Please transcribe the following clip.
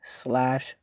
slash